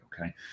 okay